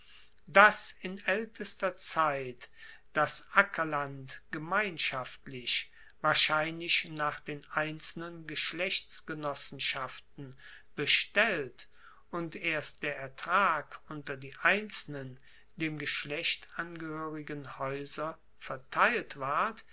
dass in aeltester zeit das ackerland gemeinschaftlich wahrscheinlich nach den einzelnen geschlechtsgenossenschaften bestellt und erst der ertrag unter die einzelnen dem geschlecht angehoerigen haeuser verteilt ward